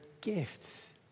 gifts